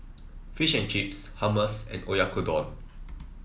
Fish and Chips Hummus and Oyakodon